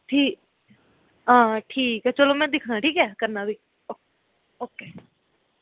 ठीक हां ठीक ऐ चलो में दिक्खना ठीक ऐ करना फ्ही ओके